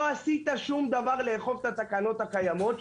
עשית שום דבר לאכוף את התקנות הקיימות.